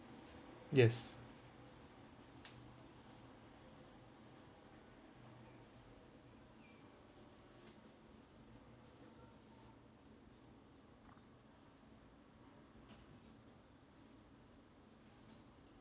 yes